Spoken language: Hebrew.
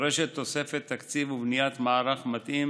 דורשת תוספת תקציב ובניית מערך מתאים